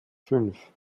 fünf